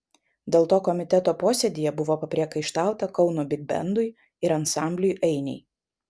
dėl to komiteto posėdyje buvo papriekaištauta kauno bigbendui ir ansambliui ainiai